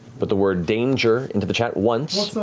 but the word danger into the chat once.